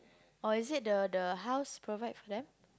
or is it the the house provide for them